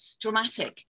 dramatic